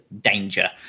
danger